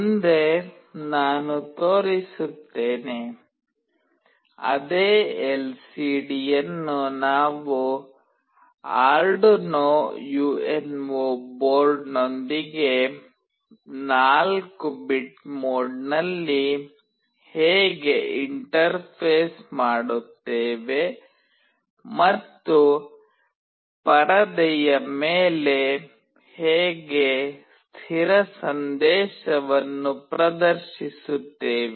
ಮುಂದೆ ನಾನು ತೋರಿಸುತ್ತೇನೆ ಅದೇ ಎಲ್ಸಿಡಿಯನ್ನು ನಾವು ಆರ್ಡುನೊ ಯುಎನ್ಒ ಬೋರ್ಡ್ನೊಂದಿಗೆ 4 ಬಿಟ್ ಮೋಡ್ನಲ್ಲಿ ಹೇಗೆ ಇಂಟರ್ಫೇಸ್ ಮಾಡುತ್ತೇವೆ ಮತ್ತು ಪರದೆಯ ಮೇಲೆ ಹೇಗೆ ಸ್ಥಿರ ಸಂದೇಶವನ್ನು ಪ್ರದರ್ಶಿಸುತ್ತೇವೆ